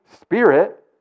Spirit